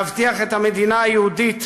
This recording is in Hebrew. להבטיח את המדינה היהודית,